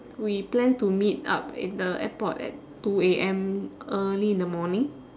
we planned to meet up at the airport at two A_M early in the morning